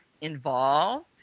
involved